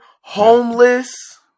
homeless